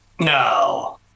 No